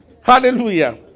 Hallelujah